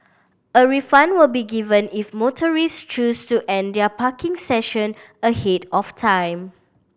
a refund will be given if motorist choose to end their parking session ahead of time